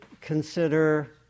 Consider